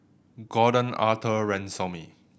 Gordon Arthur Ransome